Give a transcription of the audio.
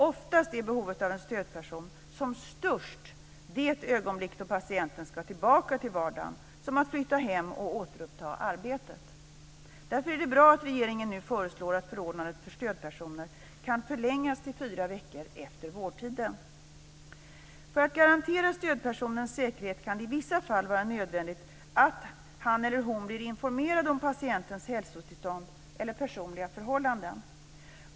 Oftast är behovet av en stödperson som störst i det ögonblick då patienten ska tillbaka till vardagen såsom att flytta hem och återuppta arbetet. Därför är det bra att regeringen nu föreslår att förordnandet för stödpersoner kan förlängas till fyra veckor efter vårdtidens avslutande. För att garantera stödpersonens säkerhet kan det i vissa fall vara nödvändigt att han eller hon blir informerad om patientens hälsotillstånd eller personliga förhållanden.